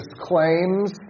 claims